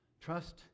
Trust